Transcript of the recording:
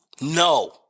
No